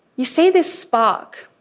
you see this spark.